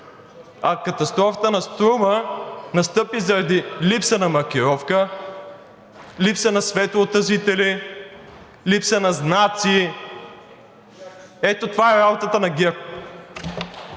А катастрофата на „Струма“ настъпи заради липса на маркировка, липса на светлоотразители, липса на знаци. Ето това е работата на ГЕРБ!